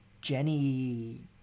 Jenny